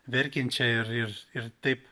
verkiančią ir ir ir taip